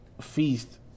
feast